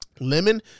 Lemon